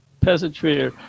peasantry